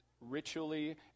ritually